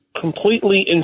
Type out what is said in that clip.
completely